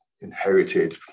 inherited